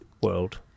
world